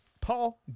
Paul